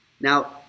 Now